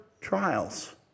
trials